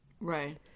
Right